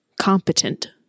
competent